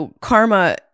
Karma